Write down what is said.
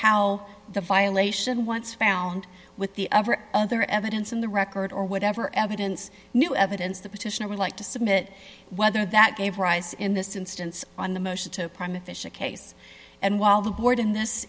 how the violation once found with the ever other evidence in the record or whatever evidence new evidence the petitioner would like to submit whether that gave rise in this instance on the motion to permit fisher case and while the board in this